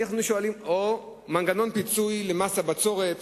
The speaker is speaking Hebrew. או מנגנון פיצוי למס הבצורת,